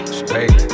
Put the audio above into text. straight